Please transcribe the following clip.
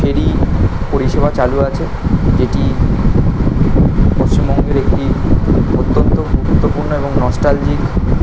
ফেরি পরিষেবা চালু আছে এটি পশ্চিমবঙ্গের একটি অত্যন্ত গুরুত্বপূর্ণ এবং নস্ট্যালজিক